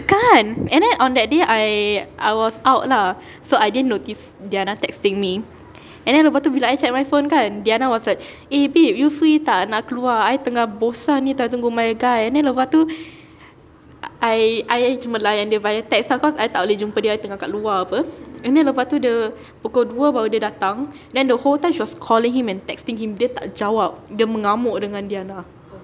kan and then on that day I I was out lah so I didn't notice diana texting me and then lepas tu bila I check my phone kan diana was like eh babe you free tak nak keluar I tengah bosan ni tengah tunggu my guy and then lepas tu I I cuma layan dia via text sebab cause I tak boleh jumpa dia I tengah kat luar [pe] and then lepas tu dia pukul dua baru dia datang then the whole time she was calling him and texting him dia tak jawab dia mengamuk dengan diana